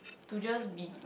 to just be